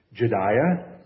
Jediah